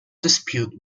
dispute